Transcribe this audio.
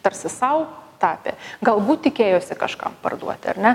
tarsi sau tapė galbūt tikėjosi kažkam parduoti ar ne